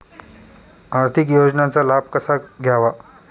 आर्थिक योजनांचा लाभ कसा घ्यावा?